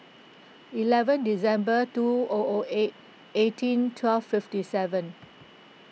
eleven December two O O eight eighteen twelve fifty seven